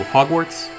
Hogwarts